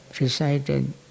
recited